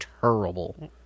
terrible